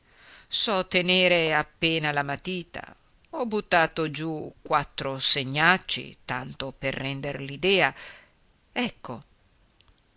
so tenere appena la matita ho buttato giù quattro segnacci tanto per render l'idea ecco